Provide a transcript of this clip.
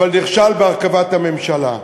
אבל נכשל בהרכבת הממשלה.